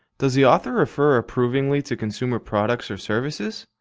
does the author refer approvingly to consumer products or services?